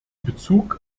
bezug